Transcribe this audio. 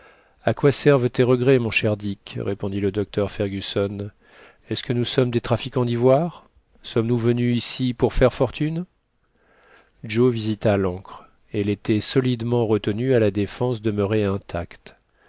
a quoi servent tes regrets mon cher dick répondit le docteur fergusson est-ce que nous sommes des trafiquants d'ivoire sommes-nous venus ici pour faire fortune joe visita l'ancre elle était solidement retenue à la défense demeurée intacte